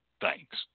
Thanks